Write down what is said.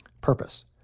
Purpose